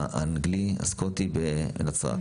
האנגלי-הסקוטי בנצרת,